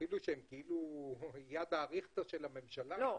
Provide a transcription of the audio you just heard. אפילו שהן היד הארוכה של הממשלה?